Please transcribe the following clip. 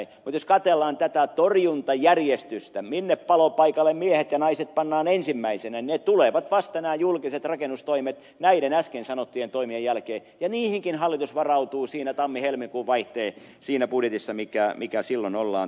mutta jos katsellaan tätä torjuntajärjestystä minne palopaikalle miehet ja naiset pannaan ensimmäisenä nämä julkiset rakennustoimet tulevat vasta näiden äsken sanottujen toimien jälkeen ja niihinkin hallitus varautuu siinä tammihelmikuun vaihteen budjetissa mikä silloin ollaan antamassa